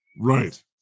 right